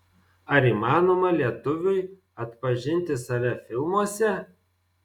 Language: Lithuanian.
ar įmanoma lietuviui atpažinti save filmuose